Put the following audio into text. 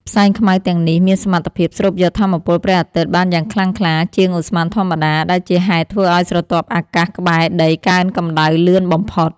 ផ្សែងខ្មៅទាំងនេះមានសមត្ថភាពស្រូបយកថាមពលព្រះអាទិត្យបានយ៉ាងខ្លាំងក្លាជាងឧស្ម័នធម្មតា ដែលជាហេតុធ្វើឱ្យស្រទាប់អាកាសក្បែរដីកើនកម្ដៅលឿនបំផុត។